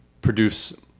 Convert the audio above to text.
produce